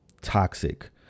toxic